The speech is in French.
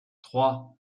trois